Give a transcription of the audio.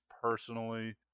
personally